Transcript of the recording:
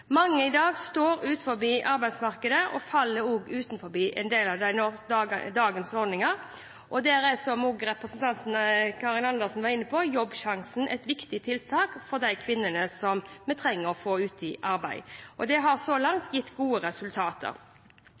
Mange står i dag utenfor arbeidsmarkedet og faller også utenfor en del av dagens ordninger. Som også representanten Karin Andersen var inne på: Jobbsjansen er et viktig tiltak for disse kvinnene, som vi trenger å få ut i arbeid, og det har så langt gitt gode resultater.